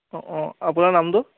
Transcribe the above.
অঁ অঁ আপোনাৰ নামটো